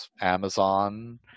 Amazon